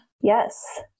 Yes